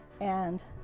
and